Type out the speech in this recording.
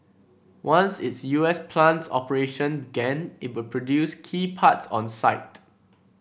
once its U S plant's operation began it would produce key parts on site